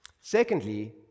Secondly